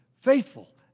faithful